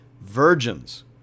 virgins